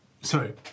Sorry